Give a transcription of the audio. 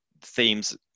themes